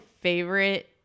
favorite